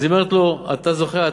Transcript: אז היא אומרת לו: אתה זוכר?